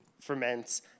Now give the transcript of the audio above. ferments